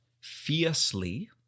fiercely